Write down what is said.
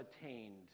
attained